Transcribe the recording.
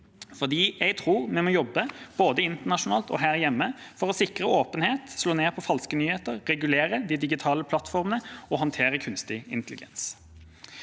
jeg tror vi må jobbe både internasjonalt og her hjemme for å sikre åpenhet, slå ned på falske nyheter, regulere de digitale plattformene og håndtere kunstig intelligens.